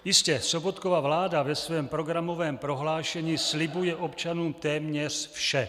Jistě, Sobotkova vláda ve svém programovém prohlášení slibuje občanům téměř vše.